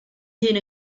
hun